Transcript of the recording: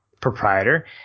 proprietor